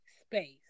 space